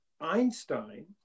Einstein